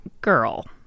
girl